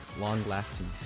long-lasting